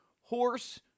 Horse